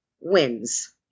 wins